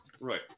Right